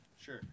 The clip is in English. Sure